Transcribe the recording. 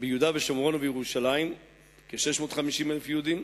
ביהודה ושומרון ובירושלים שבה יש 650,000 יהודים,